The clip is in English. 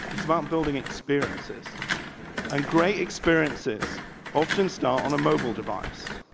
it's about building. experiences on great experiences often start on a mobile device,